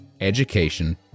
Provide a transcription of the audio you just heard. education